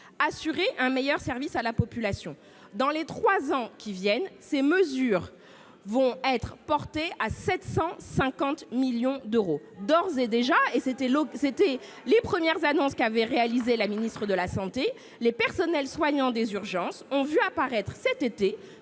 assurer ainsi un meilleur service à la population. Dans les trois ans qui viennent, ces mesures vont être portées à 750 millions d'euros. D'ores et déjà, conformément aux premières annonces faites par la ministre des solidarités et de la santé, les personnels soignants des urgences ont vu apparaître, cet été,